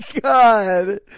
god